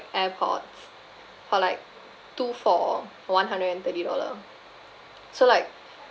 airpods for like two for one hundred and thirty dollar so like